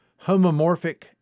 Homomorphic